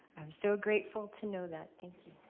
i'm so grateful to know that. thank you.